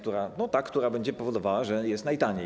Ta, która będzie powodowała, że jest najtaniej.